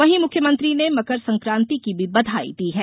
वहीं मुख्यमंत्री ने मकर संक्रान्ति की भी बधाई दी है